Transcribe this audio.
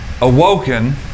awoken